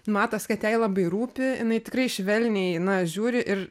matosi kad jai labai rūpi jinai tikrai švelniai na žiūri ir